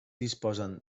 disposen